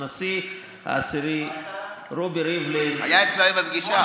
הנשיא העשירי רובי ריבלין, היה אצלם בפגישה.